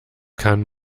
kann